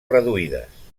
reduïdes